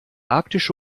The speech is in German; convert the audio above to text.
arktische